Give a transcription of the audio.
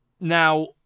Now